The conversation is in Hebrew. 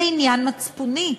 זה עניין מצפוני.